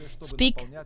speak